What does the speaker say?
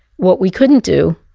what we couldn't do,